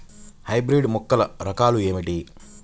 Hybrid మొక్కల రకాలు ఏమిటి?